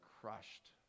crushed